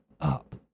up